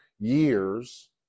years